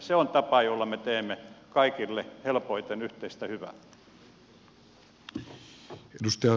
se on tapa jolla me teemme kaikille helpoiten yhteistä hyvää